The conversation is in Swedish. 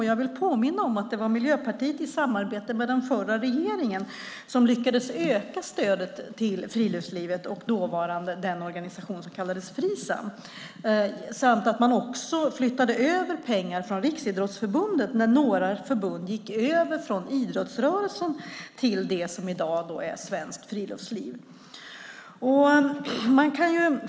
Jag vill påminna om att det var Miljöpartiet i samarbete med den förra regeringen som lyckades öka stödet till friluftslivet och den dåvarande organisationen, som kallades Frisam. Man flyttade också över pengar från Riksidrottsförbundet när några förbund gick över från idrottsrörelsen till det som i dag är Svenskt Friluftsliv.